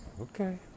Okay